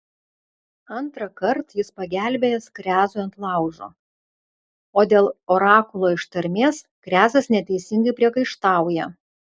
antrąkart jis pagelbėjęs krezui ant laužo o dėl orakulo ištarmės krezas neteisingai priekaištauja